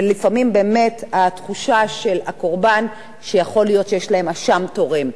ולפעמים באמת התחושה של הקורבן שיכול להיות שיש לו אשם תורם,